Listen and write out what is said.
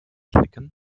klicken